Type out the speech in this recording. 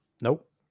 Nope